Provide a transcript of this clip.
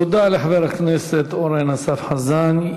תודה לחבר הכנסת אורן אסף חזן.